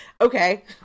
Okay